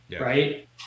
Right